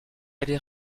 aller